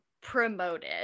promoted